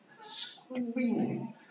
screaming